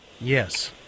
Yes